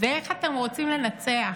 ואיך אתם רוצים לנצח?